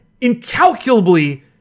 incalculably